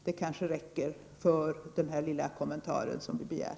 Det kanske räcker för den här lilla kommentaren som vi begär.